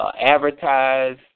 Advertise